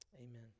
Amen